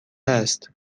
است